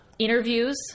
interviews